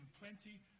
plenty